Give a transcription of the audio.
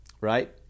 Right